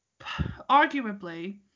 arguably